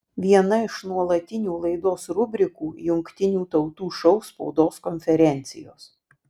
viena iš nuolatinių laidos rubrikų jungtinių tautų šou spaudos konferencijos